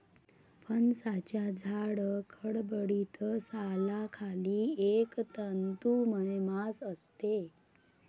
फणसाच्या जाड, खडबडीत सालाखाली एक तंतुमय मांस असते